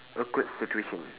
awkward situation